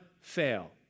fail